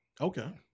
Okay